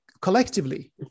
collectively